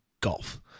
golf